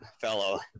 fellow